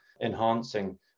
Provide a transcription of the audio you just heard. enhancing